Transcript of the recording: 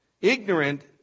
Ignorant